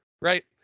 Right